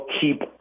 keep